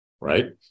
Right